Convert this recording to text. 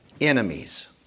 enemies